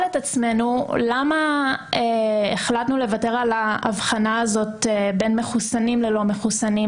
את עצמנו למה החלטנו לוותר על ההבחנה הזאת בין מחוסנים ללא מחוסנים,